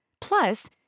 Plus